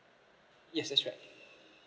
yes that's right